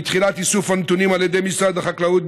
מתחילת איסוף הנתונים על ידי משרד החקלאות,